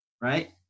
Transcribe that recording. right